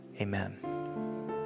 amen